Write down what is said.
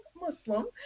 muslim